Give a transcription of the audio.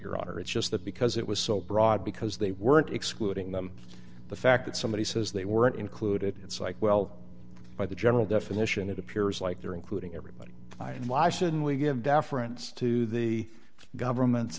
your honor it's just that because it was so broad because they weren't excluding them the fact that somebody says they weren't included it's like well by the general definition it appears like you're including everybody in law should we give deference to the government's